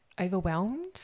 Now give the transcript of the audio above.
overwhelmed